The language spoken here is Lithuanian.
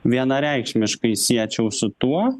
vienareikšmiškai siečiau su tuo